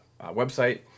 website